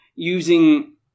using